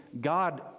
God